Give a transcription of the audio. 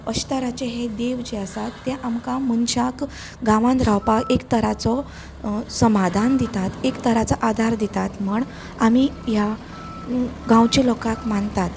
अशा तराचे हे देव जे आसात ते आमकां मनशाक गांवांन रावपा एक तराचो समादान दितात एक तराचो आदार दितात म्हण आमी ह्या गांवच्या लोकाक मानतात